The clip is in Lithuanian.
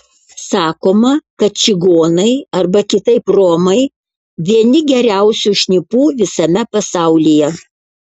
sakoma kad čigonai arba kitaip romai vieni geriausių šnipų visame pasaulyje